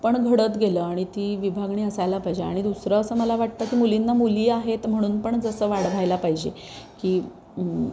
पण घडत गेलं आणि ती विभागणी असायला पाहिजे आणि दुसरं असं मला वाटतं की मुलींना मुली आहेत म्हणून पण जसं वाढवायला पाहिजे की